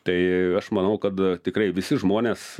tai aš manau kad tikrai visi žmonės